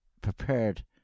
prepared